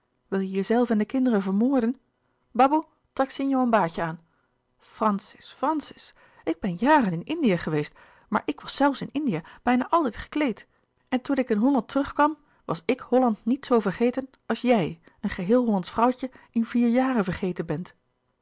wil je jezelve en de kinderen vermoorden baboe trek sinjo een baadje aan francis francis ik ben jaren in indië geweest maar ik was zelfs in indië bijna altijd gekleed en toen ik in holland terugkwam was ik holland niet zoo vergeten als jij een geheel hollandsch vrouwtje in vier jaren vergeten bent